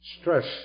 stress